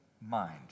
mind